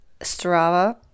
Strava